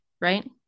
right